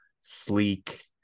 sleek